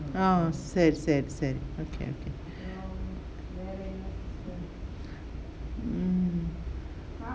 ah சரி சரி:sari sari okay okay mm அப்புறம்:apram